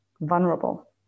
vulnerable